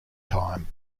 time